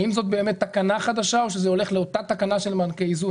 האם זאת באמת תקנה חדשה או שזה הולך לאותה תקנה של מענקי איזון?